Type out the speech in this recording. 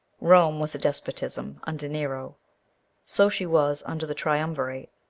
rome was a despotism under nero so she was under the triumvirate.